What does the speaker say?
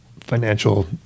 financial